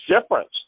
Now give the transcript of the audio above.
difference